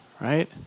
right